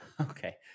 okay